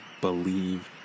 believe